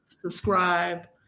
subscribe